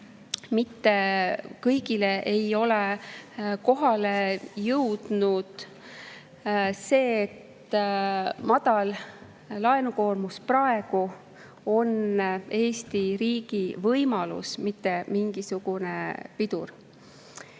mitte kõigile ei ole kohale jõudnud, et praegune madal laenukoormus on Eesti riigi võimalus, mitte mingisugune pidur.